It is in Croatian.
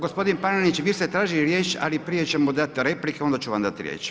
Gospodin Panenić vi ste tražili riječ, ali prije ćemo dati replike onda ću vam dati riječ.